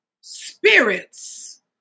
spirits